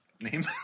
Name